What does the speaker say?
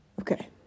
Okay